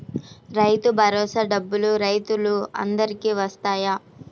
రైతు భరోసా డబ్బులు రైతులు అందరికి వస్తాయా?